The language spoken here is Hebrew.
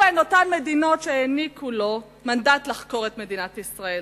הן אותן מדינות שהעניקו לו מנדט לחקור את מדינת ישראל.